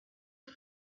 chi